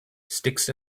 sticks